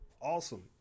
awesome